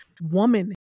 woman